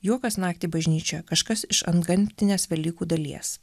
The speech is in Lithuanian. juokas naktį bažnyčioje kažkas iš antgamtinės velykų dalies